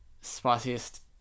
Spiciest